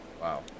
Wow